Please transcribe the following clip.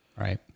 Right